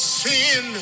sin